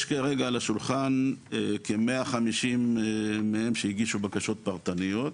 יש כרגע על השולחן כ-150 מהם שהגישו בקשות פרטניות.